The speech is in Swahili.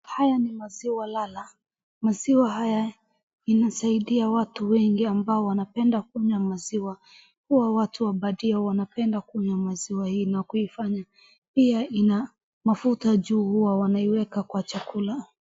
Haya ni maziwa lala, maziwa haya inasaidia watu wengi ambao wanapenda kunywa maziwa. Hua watu wa bandia wanapenda kunywa maziwa hii na kuifanya pia ina mafuta juu hua wanaiweka kwa chakula.